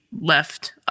left